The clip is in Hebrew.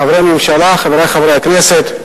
חברי הממשלה, חברי חברי הכנסת,